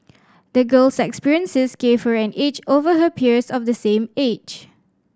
the girl's experiences gave her an edge over her peers of the same age